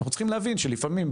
אנחנו צריכים להבין שלפעמים,